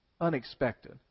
unexpected